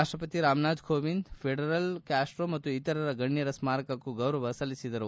ರಾಷ್ಷಪತಿ Ramnath Kovind Fidel Castro ಮತ್ತು ಇತರರ ಗಣ್ಯರ ಸ್ಮಾರಕಕ್ಕೂ ಗೌರವ ಸಲ್ಲಿಸಿದರು